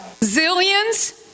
Zillions